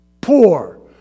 poor